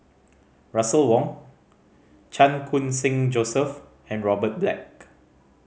Russel Wong Chan Khun Sing Joseph and Robert Black